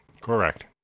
Correct